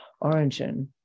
origin